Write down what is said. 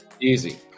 Easy